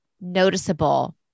noticeable